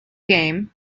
game